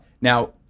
Now